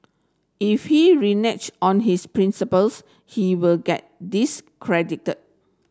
if he renege on his principles he will get discredited